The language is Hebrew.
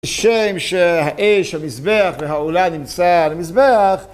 כשם שהאש המזבח והעולה נמצא על המזבח